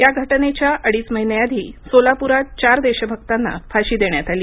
या घटनेच्या अडीच महिने आधी सोलाप्रात चार देशभक्तांना फाशी देण्यात आली